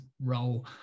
role